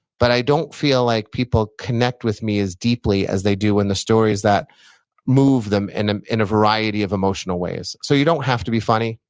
but i don't feel like people connect with me as deeply as they do in the stories that move them in ah in a variety of emotional ways. so, you don't have to be funny.